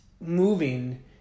moving